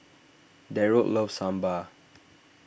Derald loves Sambar